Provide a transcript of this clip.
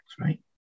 right